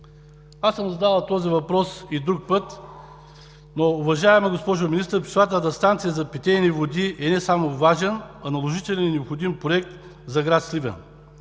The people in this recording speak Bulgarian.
Аз съм задавал този въпрос и друг път, но уважаема госпожо Министър, пречиствателната станция за питейни води е не само важен, а наложителен и необходим Проект за град Сливен.